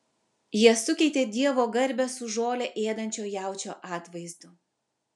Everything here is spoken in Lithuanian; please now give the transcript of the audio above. jie sukeitė dievo garbę su žolę ėdančio jaučio atvaizdu